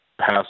pass